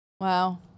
Wow